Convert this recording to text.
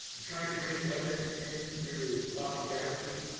trying to bring evidence in through bobby dassey,